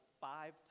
five